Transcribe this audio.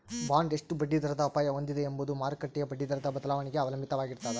bond ಎಷ್ಟು ಬಡ್ಡಿದರದ ಅಪಾಯ ಹೊಂದಿದೆ ಎಂಬುದು ಮಾರುಕಟ್ಟೆಯ ಬಡ್ಡಿದರದ ಬದಲಾವಣೆಗೆ ಅವಲಂಬಿತವಾಗಿರ್ತದ